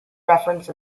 reference